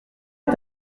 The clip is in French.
est